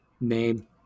name